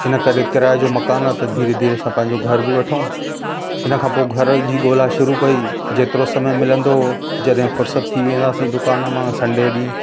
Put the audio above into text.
हिन करे किराए जो मकान आहे त धीरे धीरे असां पंहिंजो घर बि वठूं इन खां पोइ घर जी ॻोल्हा शुरू कई जेतिरो समय मिलंदो उहो जॾहिं फ़ुर्सत थी वेंदासीं असां दुकान मां संडे ॾींहुं